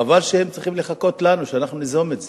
חבל שהם צריכים לחכות לנו שאנחנו ניזום את זה.